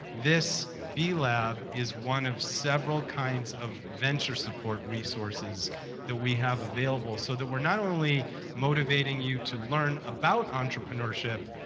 this b-lab is one of several kinds of venture-support resources that we have available so that we're not only motivating you to learn about entrepreneurship,